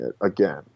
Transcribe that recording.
again